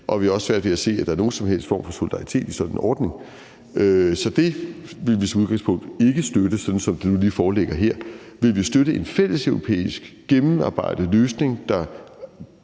og vi har også svært ved se, at der skulle være nogen som helst form for solidaritet i sådan en ordning. Så det ville vi som udgangspunkt ikke støtte, sådan som det nu lige foreligger her. Vil vi støtte en fælleseuropæisk, gennemarbejdet løsning, der